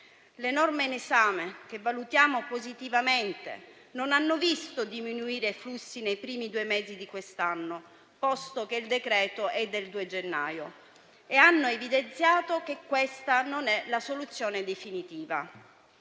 Le norme in esame, che valutiamo positivamente, non hanno visto diminuire i flussi negli ultimi due mesi di quest'anno, posto che il decreto è del 2 gennaio, e hanno evidenziato che questa non è la soluzione definitiva.